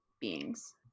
beings